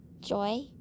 Joy